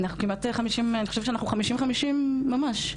אני חושבת שאנחנו כמעט חמישים-חמישים ממש.